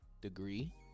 degree